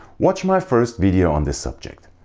watch my first video on this subject.